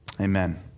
Amen